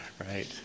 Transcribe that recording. Right